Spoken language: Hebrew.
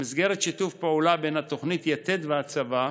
במסגרת שיתוף פעולה בין התוכנית יתד לצבא,